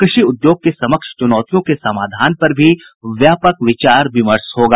कृषि उद्योग के समक्ष चुनौतियों के समाधान पर भी व्यापक विचार विमर्श होगा